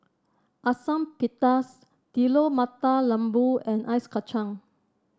Asam Pedas Telur Mata Lembu and Ice Kachang